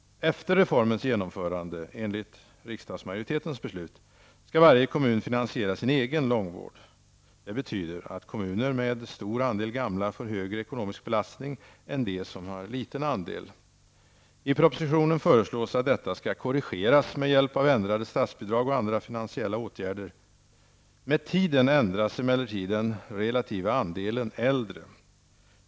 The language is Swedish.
Efter reformens genomförande -- enligt riksdagsmajoritetens beslut -- skall varje kommun finansiera sin egen långvård. Det betyder att kommuner med stor andel gamla får högre ekonomisk belastning än de som har liten andel gamla. I propositionen föreslås att detta skall korrigeras med hjälp av ändrade statsbidrag och andra finansiella åtgärder. Med tiden ändras emellertid den relativa andelen äldre.